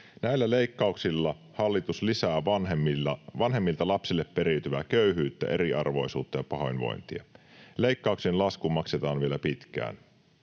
Näillä leikkauksilla hallitus lisää vanhemmilta lapsille periytyvää köyhyyttä, eriarvoisuutta ja pahoinvointia. Leikkauksen laskua maksetaan vielä pitkään.